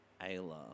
Ayla